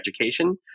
education